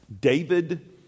David